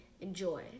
enjoy